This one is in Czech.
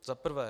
Za prvé.